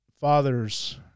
fathers